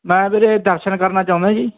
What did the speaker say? ਮੈਂ ਵੀਰੇ ਦਰਸ਼ਨ ਕਰਨਾ ਚਾਹੁੰਦਾ ਜੀ